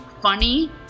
funny